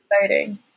exciting